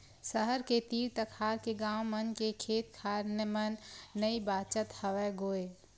सहर के तीर तखार के गाँव मन के खेत खार मन नइ बाचत हवय गोय